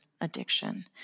addiction